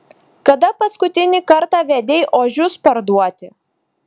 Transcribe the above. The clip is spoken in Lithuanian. kada paskutinį kartą vedei ožius parduoti